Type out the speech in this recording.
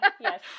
yes